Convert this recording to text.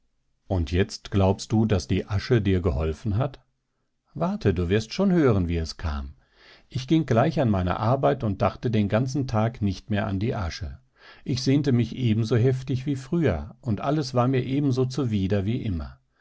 und jetzt glaubst du daß die asche dir geholfen hat warte du wirst schon hören wie es kam ich ging gleich an meine arbeit und dachte den ganzen tag nicht mehr an die asche ich sehnte mich ebenso heftig wie früher und alles war mir ebenso zuwider wie immer